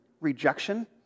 rejection